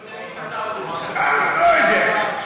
אני לא יודע מי כתב אותו, לא יודע.